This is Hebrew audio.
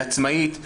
היא עצמאית.